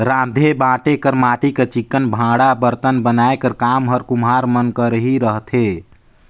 राँधे बांटे कर माटी कर चिक्कन भांड़ा बरतन बनाए कर काम हर कुम्हार मन कर ही रहथे